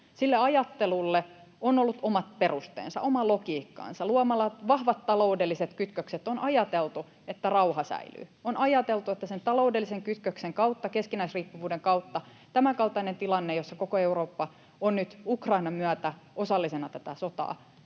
Sille ajattelulle on ollut omat perusteensa, oma logiikkansa. Luomalla vahvat taloudelliset kytkökset on ajateltu, että rauha säilyy. On ajateltu, että sen taloudellisen kytköksen kautta, keskinäisriippuvuuden kautta tämänkaltaista tilannetta, jossa koko Eurooppa on nyt Ukrainan myötä osallisena tätä sotaa,